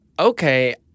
okay